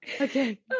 okay